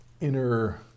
inner